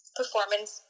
performance